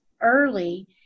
early